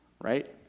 right